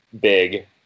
big